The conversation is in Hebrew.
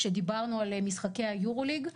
כשדיברנו על משחקי היורוליג,